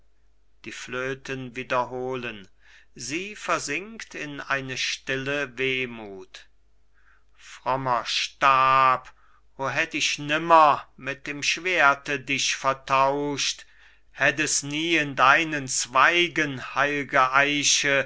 die flöten wiederholen sie versinkt in eine stille wehmut frommer stab o hätt ich nimmer mit dem schwerte dich vertauscht hätt es nie in deinen zweigen heilge eiche